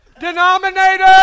denominator